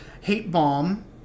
hate-bomb